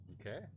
Okay